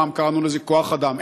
פעם קראנו לזה כוח אדם,